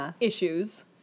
issues